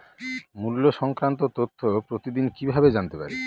মুল্য সংক্রান্ত তথ্য প্রতিদিন কিভাবে জানতে পারি?